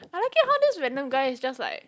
I like it how those random guys just like